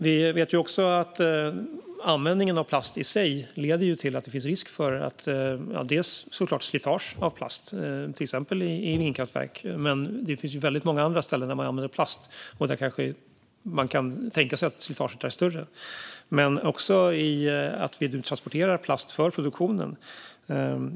Vi vet att användningen av plast leder till risk för slitage av plast, till exempel i vindkraftverk. Men plast används på många andra ställen där man kan tänka sig att slitaget är större. Vi transporterar också plast för produktion.